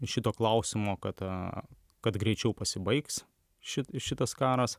šito klausimo kad kad greičiau pasibaigs šit šitas karas